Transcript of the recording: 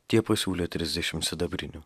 tie pasiūlė trisdešim sidabrinių